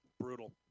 Brutal